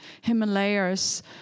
Himalayas